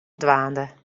dwaande